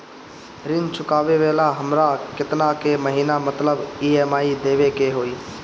ऋण चुकावेला हमरा केतना के महीना मतलब ई.एम.आई देवे के होई?